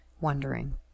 wondering